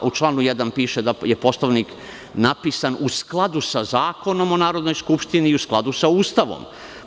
U članu 1. piše da je Poslovnik napisan u skladu sa Zakonom o Narodnoj skupštini, u skladu sa Ustavom.